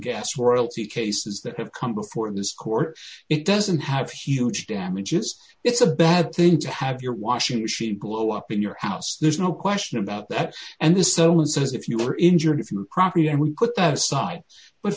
gas royalty cases that have come before this court it doesn't have huge damages it's a bad thing to have your washing machine glow up in your house there's no question about that and this owen says if you were injured if you properly and we put that aside but